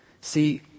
see